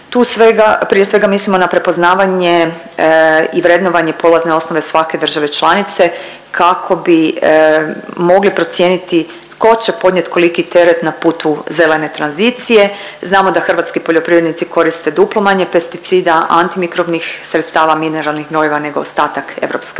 Tu prije svega mislimo na prepoznavanje i vrednovanje polazne osnove svake države članice kako bi mogli procijeniti tko će podnijeti koliki teret na putu zelene tranzicije. Znamo da hrvatski poljoprivrednici koriste duplo manje pesticida, antimikrobnih sredstava mineralnih gnojiva nego ostatak EU,